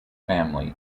family